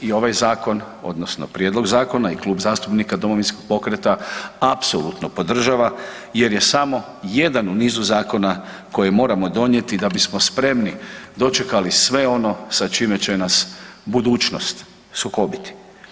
I ovaj zakon odnosno prijedlog zakona i Klub zastupnika Domovinskog pokreta apsolutno podržava jer je samo jedan u nisu zakona koje moramo donijeti da bismo spremni dočekali sve ono sa čime će nas budućnost sukobiti.